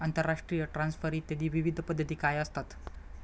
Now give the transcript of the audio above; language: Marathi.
आंतरराष्ट्रीय ट्रान्सफर इत्यादी विविध पद्धती काय असतात?